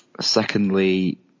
Secondly